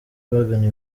bagana